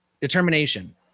Determination